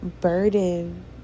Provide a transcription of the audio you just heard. burden